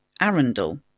Arundel